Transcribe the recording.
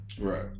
right